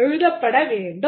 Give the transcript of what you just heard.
எழுதப்பட வேண்டும்